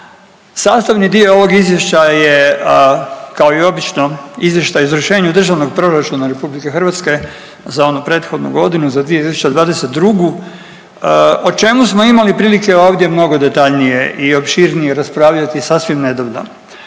Sastavni dio ovog izvješća je kao i obično Izvještaj o izvršenju Državnog proračuna RH za onu prethodnu godinu, za 2022., o čemu smo imali prilike ovdje mnogo detaljnije i opširnije raspravljati sasvim nedavno.